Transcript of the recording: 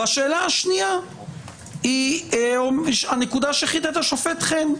השאלה השנייה היא הנקודה שחידד השופט חן,